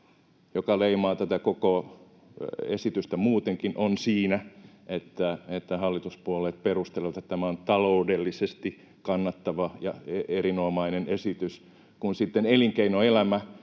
joka leimaa tätä koko esitystä muutenkin, on siinä, että hallituspuolueet perustelevat tätä niin, että tämä on taloudellisesti kannattava ja erinomainen esitys, kun sitten elinkeinoelämä,